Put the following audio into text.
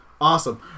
Awesome